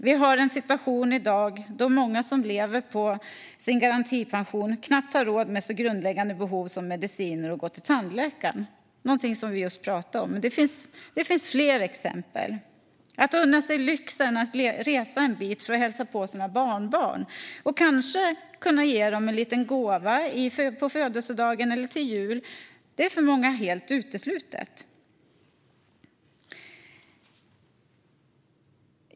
Vi har i dag en situation då många som lever på sin garantipension knappt har råd med så grundläggande behov som mediciner och att gå till tandläkaren, något vi just talade om. Det finns fler exempel. Att unna sig lyxen att resa en bit för att hälsa på sina barnbarn och kanske ge dem en liten gåva på födelsedagen eller till jul är för många helt uteslutet.